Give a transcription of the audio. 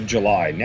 July